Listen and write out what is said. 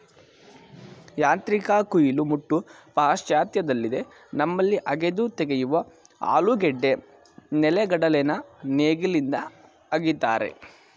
ಯಾಂತ್ರಿಕ ಕುಯಿಲು ಮುಟ್ಟು ಪಾಶ್ಚಾತ್ಯದಲ್ಲಿದೆ ನಮ್ಮಲ್ಲಿ ಅಗೆದು ತೆಗೆಯುವ ಆಲೂಗೆಡ್ಡೆ ನೆಲೆಗಡಲೆನ ನೇಗಿಲಿಂದ ಅಗಿತಾರೆ